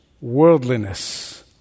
worldliness